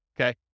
okay